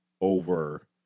over